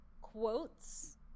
quotes